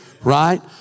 right